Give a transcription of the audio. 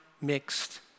mixed